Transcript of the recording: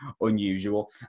unusual